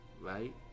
right